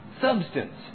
substance